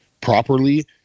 properly